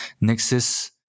nexus